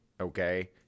okay